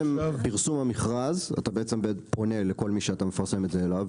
בפרסום המכרז אתה פונה לכל מי שאתה מפרסם את זה אליו,